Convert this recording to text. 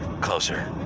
closer